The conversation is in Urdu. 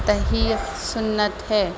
تحیق سنت ہے